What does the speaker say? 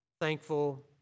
thankful